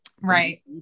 Right